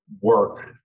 work